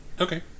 Okay